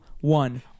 one